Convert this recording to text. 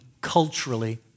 culturally